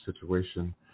situation